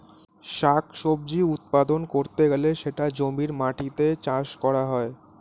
শাক সবজি উৎপাদন করতে গেলে সেটা জমির মাটিতে চাষ করা হয়